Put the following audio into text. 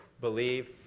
believe